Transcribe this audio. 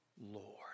Lord